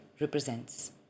represents